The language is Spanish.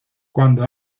cuando